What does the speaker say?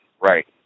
right